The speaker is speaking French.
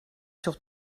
sur